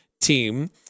team